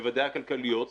בוודאי הכלכליות,